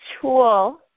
tool